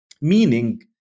Meaning